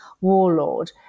warlord